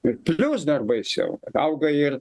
ir plius dar baisiau auga ir